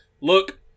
look